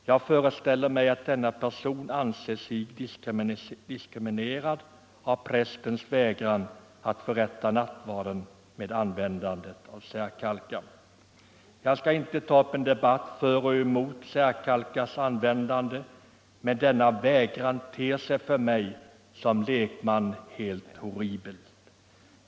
Jag föreställer mig att denna person anser sig diskriminerad av prästens vägran att förrätta nattvarden med användande av särkalkar. Jag skall inte ta upp en debatt för och emot användning av särkalkar, men denna vägran ter sig för mig som lekman helt horribel.